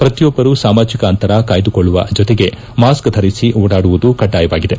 ಪ್ರತಿಯೊಬ್ಬರು ಸಾಮಾಜಿಕ ಅಂತರ ಕಾಯ್ದುಕೊಳ್ಳುವ ಜೊತೆಗೆ ಮಾಸ್ಗಧರಿಸಿ ಓಡಾಡುವುದು ಕಡ್ಡಾಯವಾಗಿದೆ